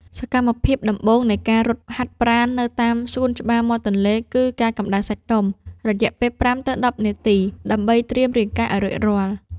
សកម្មភាពដំបូងនៃការរត់ហាត់ប្រាណនៅតាមសួនច្បារមាត់ទន្លេ គឺការកម្តៅសាច់ដុំ រយៈពេល ៥ ទៅ ១០ នាទី ដើម្បីត្រៀមរាងកាយឱ្យរួចរាល់។